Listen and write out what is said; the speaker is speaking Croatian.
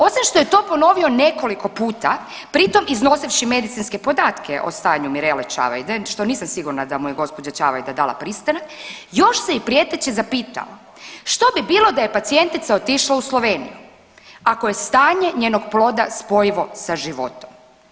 Osim što je to ponovio nekoliko puta, pritom iznosivši medicinske podatke o stanju Mirele Čavajde, što nisam sigurna da mu je gđa. Čavajda dala pristanak, još se i prijeteći zapitao, što bi bilo da je pacijentica otišla u Sloveniju, ako je stanje njenog ploda spojivo sa životom?